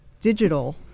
Digital